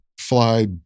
fly